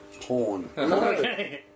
Porn